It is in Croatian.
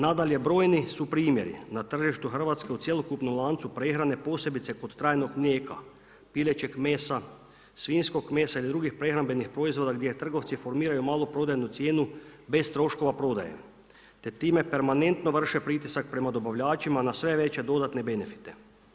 Nadalje brojni su primjeri na tržištu Hrvatske u cjelokupnom lancu prehrane posebice kod trajnog mlijeka, pilećeg mesa, svinjskog mesa ili drugih prehrambenih proizvoda gdje trgovci formiraju maloprodajnu cijenu bez troškova prodaje, te time permanentno vrše pritisak prema dobavljačima na sve veće dodatne benefite.